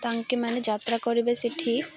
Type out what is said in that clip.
ତାଙ୍କେମାନେ ଯାତ୍ରା କରିବେ ସେଠି